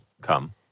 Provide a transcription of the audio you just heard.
come